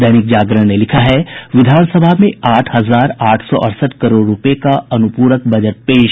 दैनिक जागरण ने लिखा है विधानसभा में आठ हजार आठ सौ अड़सठ करोड़ रूपये का अनुपूरक बजट पेश